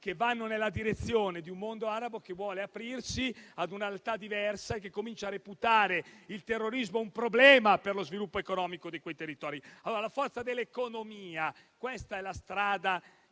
che vanno nella direzione di un mondo arabo che vuole aprirsi a una realtà diversa e comincia a reputare il terrorismo un problema per lo sviluppo economico di quei territori. La forza dell'economia: è questa allora la strada